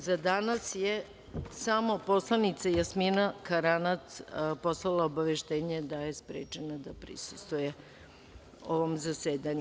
Za danas je samo poslanica Jasmina Karanac poslala obaveštenje da je sprečena da prisustvuje ovom zasedanju.